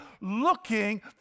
looking